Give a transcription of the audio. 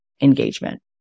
engagement